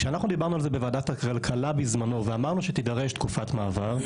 כשאנחנו דיברנו על זה בוועדת הכלכלה בזמנו ואמרנו שתידרש תקופת מעבר,